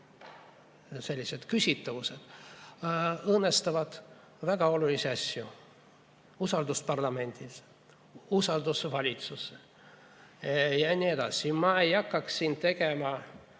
sellised küsitavused õõnestavad väga olulisi asju, usaldust parlamendis, usaldust valitsuse vastu ja nii edasi. Ma ei hakkaks siin tegema